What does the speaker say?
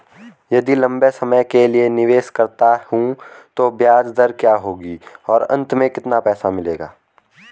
यदि लंबे समय के लिए निवेश करता हूँ तो ब्याज दर क्या होगी और अंत में कितना पैसा मिलेगा?